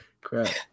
crap